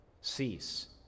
cease